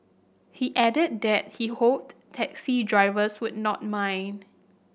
he added that he hoped taxi drivers would not mind